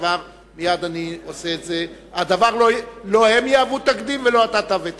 לא הם יהוו תקדים ולא אתה תהווה תקדים.